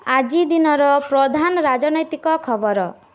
ଆଜି ଦିନର ପ୍ରଧାନ ରାଜନୈତିକ ଖବର